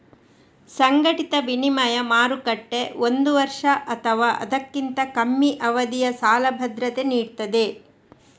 ಸಂಘಟಿತ ವಿನಿಮಯ ಮಾರುಕಟ್ಟೆ ಒಂದು ವರ್ಷ ಅಥವಾ ಅದಕ್ಕಿಂತ ಕಮ್ಮಿ ಅವಧಿಯ ಸಾಲ ಭದ್ರತೆ ನೀಡ್ತದೆ